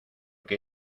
que